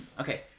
Okay